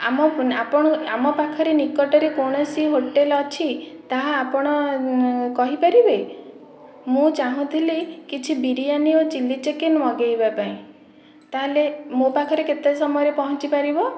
ଆମ ଆପଣ ଆମ ପାଖରେ ନିକଟରେ କୌଣସି ହୋଟେଲ ଅଛି ତାହା ଆପଣ କହିପାରିବେ ମୁଁ ଚାହୁଁଥିଲି କିଛି ବିରିୟାନୀ ଆଉ ଚିଲି ଚିକେନ୍ ମଗେଇବା ପାଇଁ ତାହେଲେ ମୋ ପାଖରେ କେତେ ସମୟରେ ପହଞ୍ଚିପାରିବ